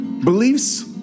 Beliefs